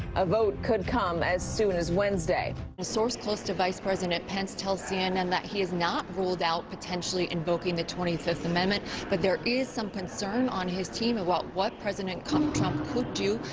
a vote could come as soon as wednesday. a source close to vice president pence tells cnn that he has not ruled out potentially invoking the twenty fifth amendment, but there is some concern on his team about what president trump could do,